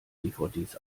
dvds